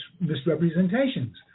misrepresentations